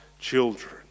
children